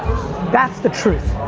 that's the truth.